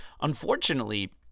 Unfortunately